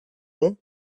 nom